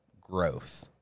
growth